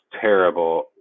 terrible